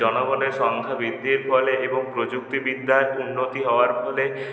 জনগণের সংখ্যা বৃদ্ধির ফলে এবং প্রযুক্তি বিদ্যার উন্নতি হওয়ার ফলে